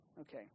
Okay